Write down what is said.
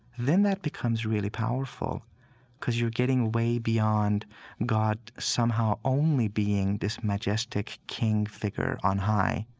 then that becomes really powerful because you're getting way beyond god somehow only being this majestic king figure on high